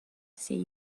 say